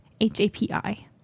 H-A-P-I